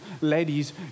ladies